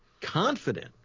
Confident